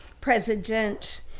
President